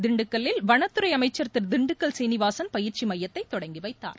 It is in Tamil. திண்டுக்கல்லில் வனத்துறை அமைச்சர் திரு திண்டுக்கல் சீனிவாசன் பயிற்சி ஸமயத்தை தொடங்கி வைத்தார்